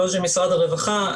בעוד שמשרד הרווחה,